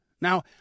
Now